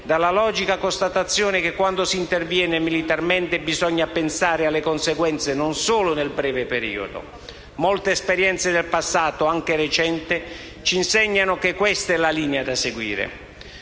dalla logica constatazione che, quando si interviene militarmente, bisogna pensare alle conseguenze non solo nel breve periodo. Molte esperienze del passato, anche recente, ci insegnano che questa è la linea da seguire.